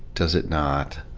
does it not,